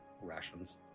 rations